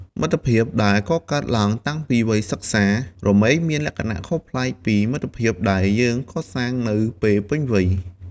មិត្តភាពដែលកកើតឡើងតាំងពីវ័យសិក្សា រមែងមានលក្ខណៈខុសប្លែកពីមិត្តភាពដែលយើងកសាងនៅពេលពេញវ័យ។